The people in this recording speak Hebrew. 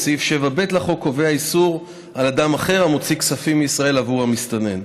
וסעיף 7ב לחוק קובע איסור על אדם אחר להוציא כספים מישראל עבור המסתנן.